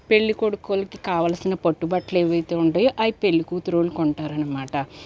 పెళ్లికొడుకోళ్ళకి కావలసిన పట్టుబట్టలేవయితే ఉంటయో అవి పెళ్లికూతురోళ్ళు కొంటారనమాట